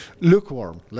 lukewarm